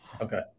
Okay